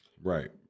right